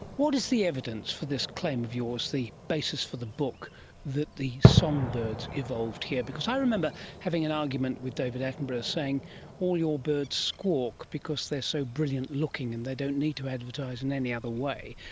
what is the evidence for this claim of yours, the basis for the book that the songbirds evolved here? because i remember having an argument with david attenborough saying all your birds squawk because they are so brilliant looking and they don't need to advertise in any other way,